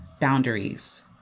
boundaries